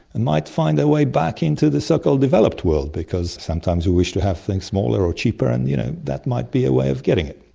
and might find their way back into the so-called developed world, because sometimes we wish to have things smaller or cheaper, and you know that might be a way of getting it.